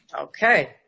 okay